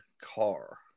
car